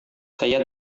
saya